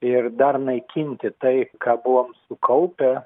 ir dar naikinti tai ką buvom sukaupę